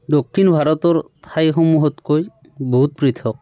দক্ষিণ ভাৰতৰ ঠাইসমূহতকৈ বহুত পৃথক